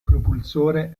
propulsore